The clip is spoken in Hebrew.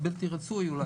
בלתי רצוי, אולי.